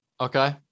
Okay